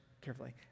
carefully